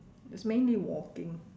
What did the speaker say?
it's mainly walking